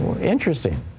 Interesting